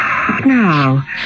Now